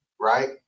right